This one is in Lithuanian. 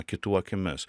kitų akimis